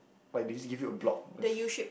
like they just give you a block just